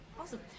awesome